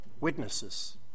witnesses